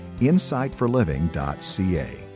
insightforliving.ca